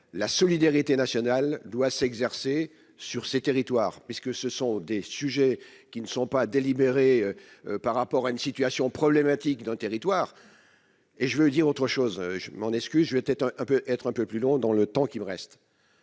la solidarité nationale doit s'exercer sur ces territoires, puisque ce sont des sujets qui ne sont pas délibéré par rapport à une situation problématique d'un territoire et je veux dire autre chose, je m'en excuse, je vais peut-être un peu être un peu plus long dans le temps qui me reste.